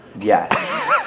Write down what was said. Yes